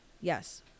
Yes